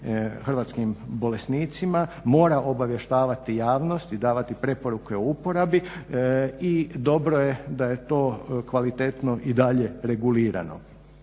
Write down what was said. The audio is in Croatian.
hrvatskim bolesnicima mora obavještavati javnost i davati preporuke o uporabi. I dobro je da je to kvalitetno i dalje regulirano.